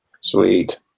Sweet